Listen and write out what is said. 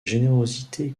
générosité